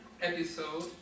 episode